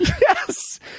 Yes